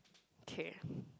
K